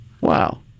Wow